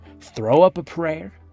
throw-up-a-prayer